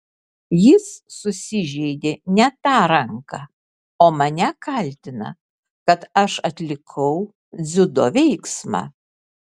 jis susižeidė ne tą ranką o mane kaltina kad aš atlikau dziudo veiksmą